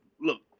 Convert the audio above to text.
look